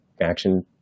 action